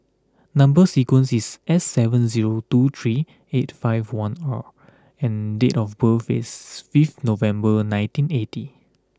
number sequence is S seven zero two three eight five one R and date of birth is fifth November nineteen eighty